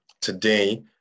today